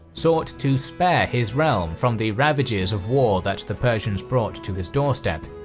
sought to spare his realm from the ravages of war that the persians brought to his doorstep.